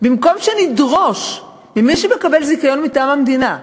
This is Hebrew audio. במקום שנדרוש ממי שמקבל זיכיון מטעם המדינה,